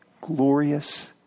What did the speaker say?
glorious